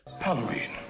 Halloween